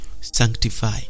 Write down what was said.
sanctify